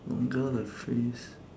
longer the phrase